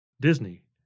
Disney